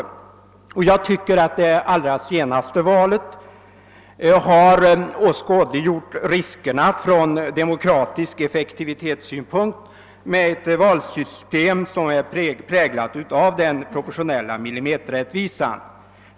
Det senaste valet har enligt min mening åskådliggjort riskerna från demokratisk effektivitetssynpunkt med ett valsystem som är präglat av den proportionella millimeterrättvisan.